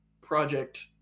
project